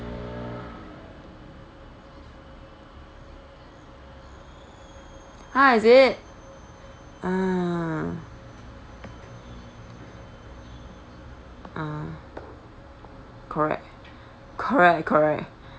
!huh! is it ah ah correct correct correct